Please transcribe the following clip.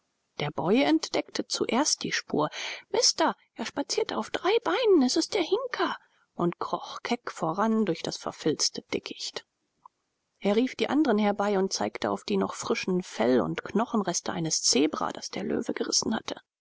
der boy entdeckte zuerst die spur mister er spaziert auf drei beinen es ist der hinker und kroch keck voran durch das verfilzte dickicht er rief die andren herbei und zeigte auf die noch frischen fell und knochenreste eines zebra das der löwe zerrissen hatte